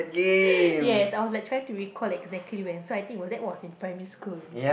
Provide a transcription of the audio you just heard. yes I was like try to recall exactly when so I think was that was in primary school